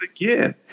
again